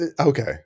okay